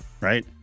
right